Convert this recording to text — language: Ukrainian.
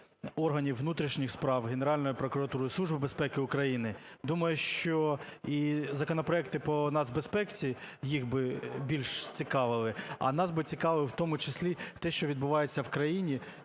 органів внутрішніх справ, Генеральної прокуратури, Служби безпеки України. Думаю, що і законопроекти по нацбезпеці їх би більш цікавили, а нас би цікавило в тому числі те, що відбувається в країні,